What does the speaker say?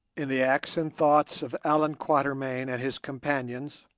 in the acts and thoughts of allan quatermain and his companions,